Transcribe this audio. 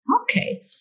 Okay